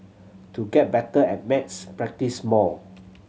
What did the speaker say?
to get better at maths practise more